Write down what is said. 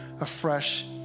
afresh